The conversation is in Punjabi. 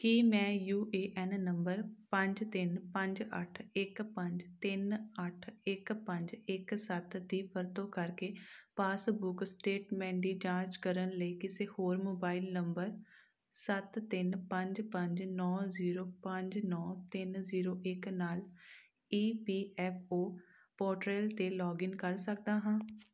ਕੀ ਮੈਂ ਯੂ ਏ ਐੱਨ ਨੰਬਰ ਪੰਜ ਤਿੰਨ ਪੰਜ ਅੱਠ ਇੱਕ ਪੰਜ ਤਿੰਨ ਅੱਠ ਇੱਕ ਪੰਜ ਇੱਕ ਸੱਤ ਦੀ ਵਰਤੋਂ ਕਰਕੇ ਪਾਸਬੁੱਕ ਸਟੇਟਮੈਂਟ ਦੀ ਜਾਂਚ ਕਰਨ ਲਈ ਕਿਸੇ ਹੋਰ ਮੋਬਾਈਲ ਨੰਬਰ ਸੱਤ ਤਿੰਨ ਪੰਜ ਪੰਜ ਨੌ ਜ਼ੀਰੋ ਪੰਜ ਨੌ ਤਿੰਨ ਜ਼ੀਰੋ ਇੱਕ ਨਾਲ E P F O portal 'ਤੇ ਲੌਗਇਨ ਕਰ ਸਕਦਾ ਹਾਂ